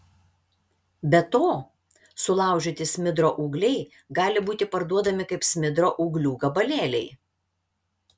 be to sulaužyti smidro ūgliai gali būti parduodami kaip smidro ūglių gabalėliai